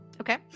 Okay